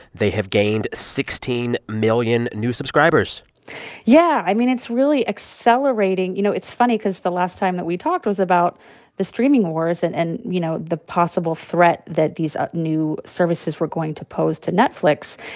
they have gained sixteen million new subscribers yeah. i mean, it's really accelerating. you know, it's funny cause the last time that we talked, it was about the streaming wars and, and you know, the possible threat that these ah new services were going to pose to netflix.